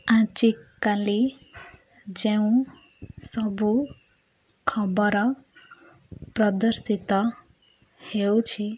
ଆଜିକାଲି ଯେଉଁ ସବୁ ଖବର ପ୍ରଦର୍ଶିତ ହେଉଛି